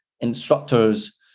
instructors